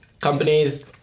companies